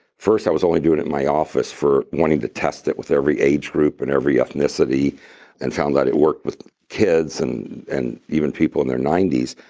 first i was only doing it in my office for wanting to test it with every age group and every ethnicity and found that it worked with kids and and even people in their ninety s,